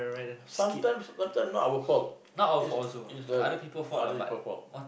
sometimes sometime not our fault is the is the other people fault